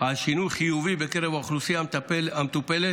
על שינוי חיובי בקרב האוכלוסייה המטופלת,